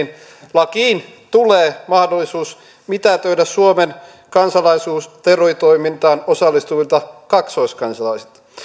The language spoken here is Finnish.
lakiin tulee mahdollisuus mitätöidä suomen kansalaisuus terroritoimintaan osallistuvilta kaksoiskansalaisilta